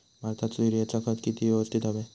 भाताक युरियाचा खत किती यवस्तित हव्या?